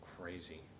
Crazy